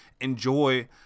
enjoy